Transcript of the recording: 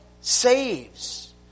saves